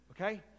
okay